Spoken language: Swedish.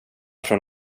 från